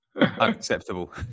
unacceptable